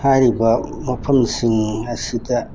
ꯍꯥꯏꯔꯤꯕ ꯃꯐꯝꯁꯤꯡ ꯑꯁꯤꯗ